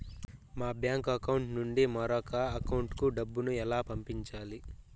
మా bank account నుండి మరొక అకౌంట్ కు డబ్బును ఎలా పంపించాలి